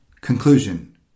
Conclusion